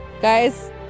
Guys